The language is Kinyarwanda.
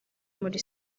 muri